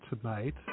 tonight